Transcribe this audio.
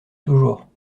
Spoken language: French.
toujours